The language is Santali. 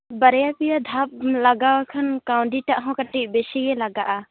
ᱵᱟᱨᱭᱟ ᱯᱮᱭᱟ ᱫᱷᱟᱯ ᱞᱟᱜᱟᱣ ᱞᱮᱠᱷᱟᱱ ᱠᱟᱹᱣᱰᱤ ᱴᱟᱜ ᱦᱚᱸ ᱠᱟᱹᱴᱤᱡ ᱵᱤᱥᱤ ᱜᱮ ᱞᱟᱜᱟᱜᱼᱟ